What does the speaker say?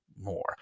More